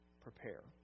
Prepare